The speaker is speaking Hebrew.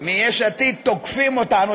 מיש עתיד תוקפים אותנו,